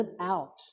out